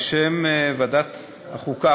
בשם ועדת החוקה,